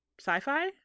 sci-fi